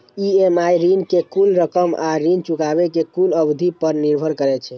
EMI ऋण के कुल रकम आ ऋण चुकाबै के कुल अवधि पर निर्भर करै छै